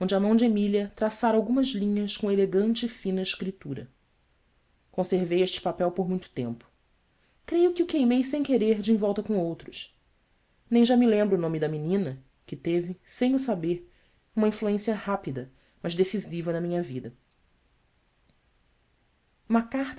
a mão de emília traçara algumas linhas com elegante e fina escritura conservei este papel por muito tempo creio que o queimei sem querer de envolta com outros nem já me lembra o nome da menina que teve sem o saber uma influência rápida mas decisiva na minha vida uma carta